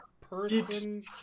person